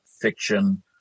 fiction